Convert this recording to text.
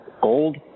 gold